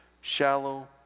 shallow